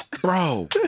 Bro